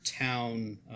town